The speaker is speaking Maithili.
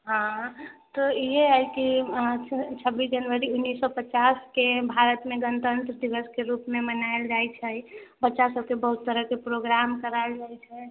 हँ तऽ इएह है के छब्बीस जनवरी उन्नैस सए पचासके भारतमे गणतन्त्र दिवसके रूपमे मनायल जाइ छै बच्चा सबके बहुत तरहके प्रोग्राम करायल जाइ छै